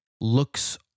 looks